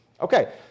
Okay